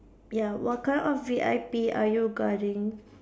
ya what kind of V_I_P are you guarding